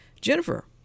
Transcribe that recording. Jennifer